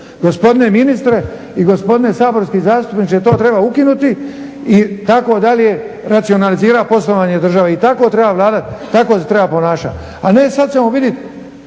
Gospodine ministre i gospodine saborski zastupniče, to treba ukinuti i tako dalje racionalizirat poslovanje države i tako treba vladat, tako se treba ponašat. A ne sad ćemo vidjet